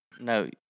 No